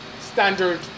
standard